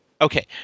Okay